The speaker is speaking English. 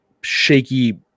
shaky